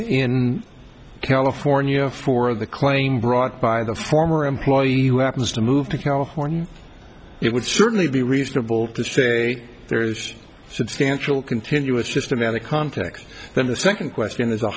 in california for the claim brought by the former employee who happens to move to california it would certainly be reasonable to say there is substantial continuous just to man the context then the second question is a